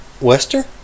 Wester